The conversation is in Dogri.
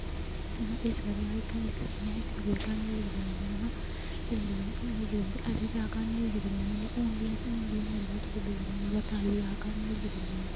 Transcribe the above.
इस करिेयै अस इक दुएदी क्हानियां लिखदे रौंह्दियां हियां लिखदे रौंह्दियां अजें बी क्हानियां लिखदे रौह्न्नी होन्नी आं हून बी ओह् मेरे कोला थोह्ड़ी दूर रौंह्दी ऐ बट अजें बी अस क्हानियां लिखदे रौह्न्ने आं